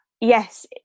yes